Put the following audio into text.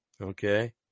okay